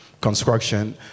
construction